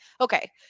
Okay